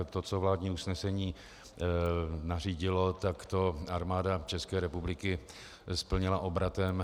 To, co vládní usnesení nařídilo, to Armáda České republiky splnila obratem.